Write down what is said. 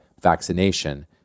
vaccination